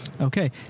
Okay